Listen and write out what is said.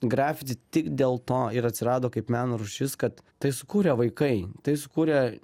grafiti tik dėl to ir atsirado kaip meno rūšis kad tai sukūrė vaikai tai sukūrė